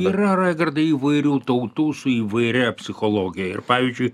yra raigardai įvairių tautų su įvairia psichologija ir pavyzdžiui